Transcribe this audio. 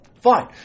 Fine